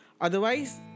Otherwise